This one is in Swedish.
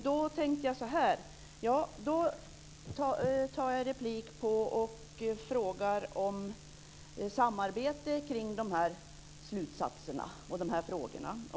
Då tänkte jag att jag skulle begära replik för att fråga om samarbete kring dessa slutsatser och frågor.